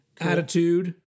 Attitude